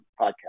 podcast